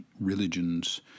religions